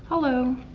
hello,